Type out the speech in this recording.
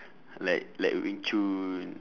like like wing chun